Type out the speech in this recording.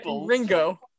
Ringo